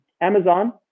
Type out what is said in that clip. Amazon